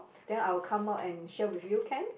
then I will come out and share with you can